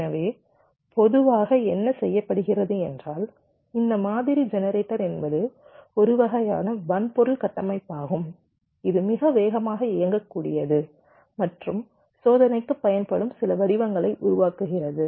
எனவே பொதுவாக என்ன செய்யப்படுகிறது என்றால் இந்த மாதிரி ஜெனரேட்டர் என்பது ஒரு வகையான வன்பொருள் கட்டமைப்பாகும் இது மிக வேகமாக இயங்கக்கூடியது மற்றும் சோதனைக்கு பயன்படும் சில வடிவங்களை உருவாக்குகிறது